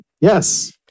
Yes